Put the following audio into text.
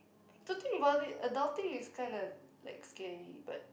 to think about it adulting is kinda like scary but